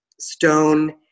stone